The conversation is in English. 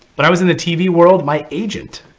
but i was in the tv world, my agent.